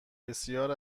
بسیار